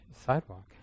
Sidewalk